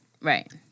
Right